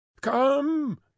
come